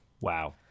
wow